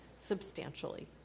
substantially